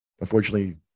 Unfortunately